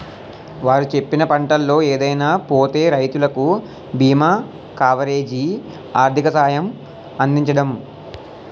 వారు చెప్పిన పంటల్లో ఏదైనా పోతే రైతులకు బీమా కవరేజీ, ఆర్థిక సహాయం అందించడం